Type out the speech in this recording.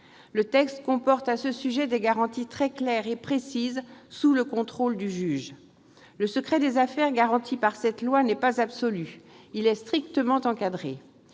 Le texte comporte à ce sujet des garanties très claires et précises, sous le contrôle du juge. Le secret des affaires garanti par cette loi n'est pas absolu ; il est strictement encadré.